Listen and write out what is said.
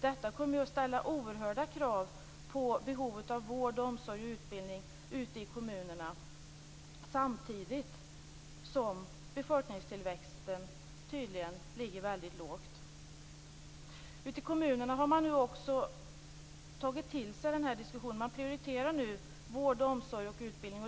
Detta kommer att ställa oerhörda krav på vård, omsorg och utbildning ute i kommunerna samtidigt som befolkningstillväxten tydligen ligger väldigt lågt. Ute i kommunerna har man också tagit till sig den här diskussionen och prioriterar nu vård, omsorg och utbildning.